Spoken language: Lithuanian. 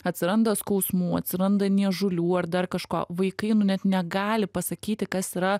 atsiranda skausmų atsiranda niežulių ar dar kažko vaikai nu net negali pasakyti kas yra